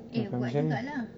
eh buat juga lah